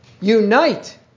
Unite